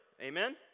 Amen